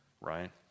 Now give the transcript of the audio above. right